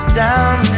down